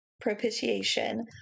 propitiation